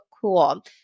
cool